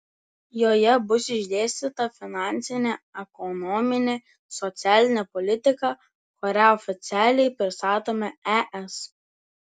joje bus išdėstyta finansinė ekonominė socialinė politika kurią oficialiai pristatome es